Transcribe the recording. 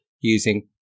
using